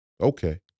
Okay